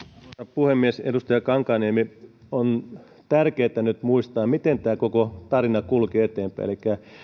puhemies edustaja kankaanniemi on tärkeätä nyt muistaa miten tämä koko tarina kulki eteenpäin elikkä